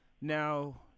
Now